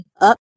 up